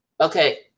Okay